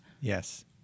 Yes